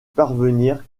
parvenir